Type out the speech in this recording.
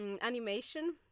animation